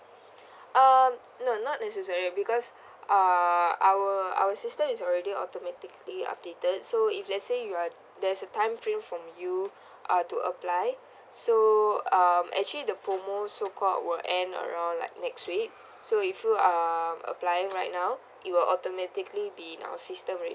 um no not necessary because uh our our system is already automatically updated so if let's say you are there's a time frame for you uh to apply so um actually the promo so called will end around like next week so if you are applying right now it will automatically be in our system alrea~